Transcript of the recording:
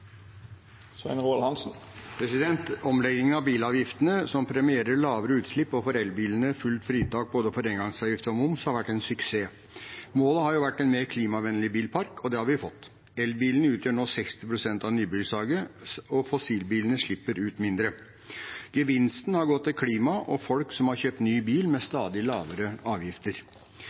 Omleggingen av bilavgiftene som premierer lavere utslipp – og for elbilene fullt fritak for både engangsavgift og moms – har vært en suksess. Målet har vært en mer klimavennlig bilpark, og det har vi fått. Elbilene utgjør nå 60 pst. av nybilsalget, og fossilbilene slipper ut mindre. Gevinsten har gått til klima og folk som har kjøpt ny bil med stadig lavere avgifter.